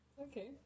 okay